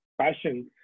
passion